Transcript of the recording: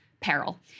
peril